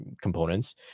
components